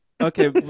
okay